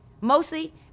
Mostly